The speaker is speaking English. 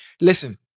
Listen